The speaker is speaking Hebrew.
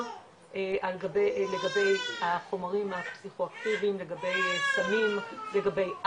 על לגבי החומרים הפסיכו אקטיביים לגבי סמים לגבי אלכוהול,